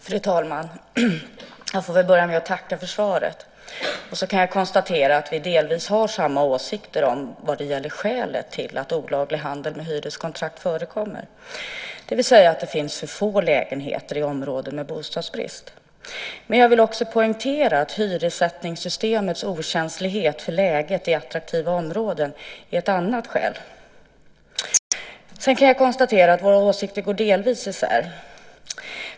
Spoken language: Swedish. Fru talman! Jag får väl börja med att tacka för svaret. Jag kan också konstatera att vi delvis har samma åsikter om skälet till att olaglig handel med hyreskontrakt förekommer, det vill säga att det finns för få lägenheter i områden med bostadsbrist. Men jag vill också poängtera att hyressättningssystemets okänslighet för läget i attraktiva områden är ett annat skäl. Sedan kan jag konstatera att våra åsikter går delvis isär.